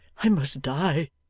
i must die